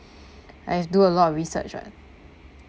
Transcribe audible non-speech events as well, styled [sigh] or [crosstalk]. [breath] I've do a lot of research [what]